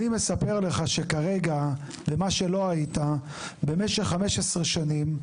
אני מספר לך שכרגע למה שלא היית, במשך 15 שנים,